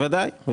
בוודאי.